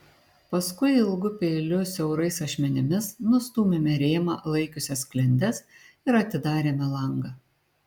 paskui ilgu peiliu siaurais ašmenimis nustūmėme rėmą laikiusias sklendes ir atidarėme langą